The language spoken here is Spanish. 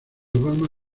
obama